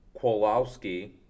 Kowalski